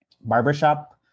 barbershop